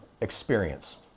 experience